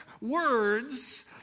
words